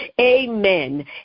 amen